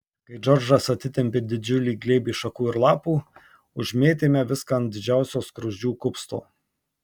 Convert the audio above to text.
kai džordžas atitempė didžiulį glėbį šakų ir lapų užmėtėme viską ant didžiausio skruzdžių kupsto